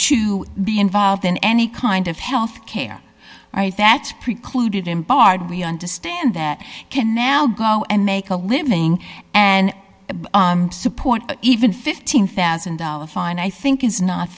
to be involved in any kind of health care right that's precluded him barred we understand that can now go and make a living and support even fifteen thousand dollars fine i think is not